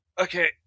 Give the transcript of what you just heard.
Okay